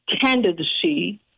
candidacy